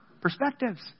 perspectives